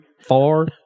four